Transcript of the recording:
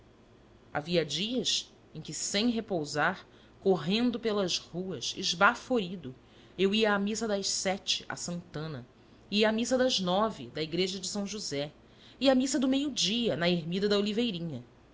havia dias em que sem repousar correndo pelas ruas esbaforido eu ia à missa das sete a santana e à missa das nove da igreja de são josé e à missa do meio-dia na ermida da